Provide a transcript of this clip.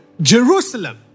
Jerusalem